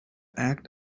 act